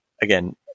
again